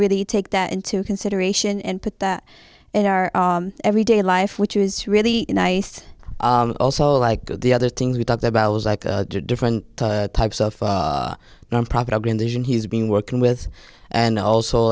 really take that into consideration and put that in our everyday life which is really nice also like the other things we talked about was like different types of nonprofit organization he's been working with and also